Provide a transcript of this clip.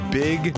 big